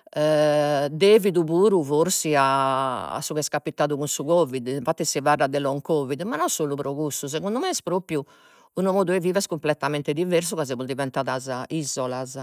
devidu puru forsis a a su chi est capitadu puru cun su Covid, infattis si faeddat de long Covid, ma non solu pro cussu, segundu me est propriu unu modu 'e vivere cumpletamente diversu ca semus diventadas isolas,